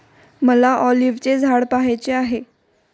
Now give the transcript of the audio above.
मला ऑलिव्हचे झाड पहायचे आहे